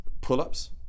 pull-ups